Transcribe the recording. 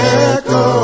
echo